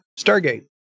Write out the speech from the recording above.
Stargate